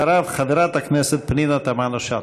אחריו, חברת הכנסת פנינה תמנו-שטה.